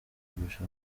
kurusha